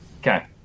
Okay